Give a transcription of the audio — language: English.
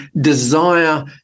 desire